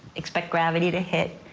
expect gravity to hit.